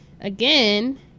again